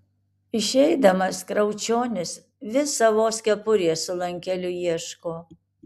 išeidamas kriaučionis vis savos kepurės su lankeliu ieško